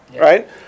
right